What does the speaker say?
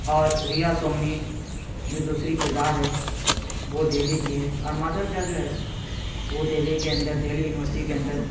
اور ریا سومنی جو دوسری کردار ہے وہ دہلی کی ہے اور مادھو جھا جو ہے وہ دہلی کے اندر دہلی یونیورسٹی کے اندر